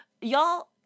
Y'all